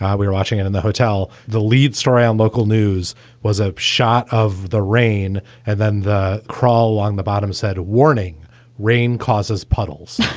um we were watching it in the hotel. the lead story on local news was a shot of the rain and then crawl along the bottom said warning rain causes puddles